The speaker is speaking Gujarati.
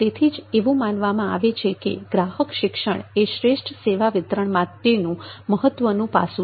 તેથી જ એવું માનવામાં આવે છે કે ગ્રાહક શિક્ષણ એ શ્રેષ્ઠ સેવા વિતરણ માટેનું મહત્વનું પાસું છે